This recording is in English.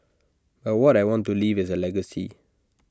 but what I want to leave is A legacy